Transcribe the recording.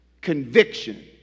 Conviction